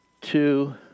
Two